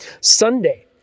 Sunday